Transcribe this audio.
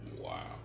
Wow